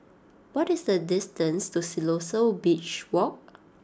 what is the distance to Siloso Beach Walk